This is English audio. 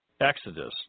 Exodus